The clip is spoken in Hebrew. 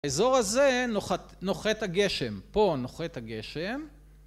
באזור הזה נוחת את הגשם, פה נוחת את הגשם.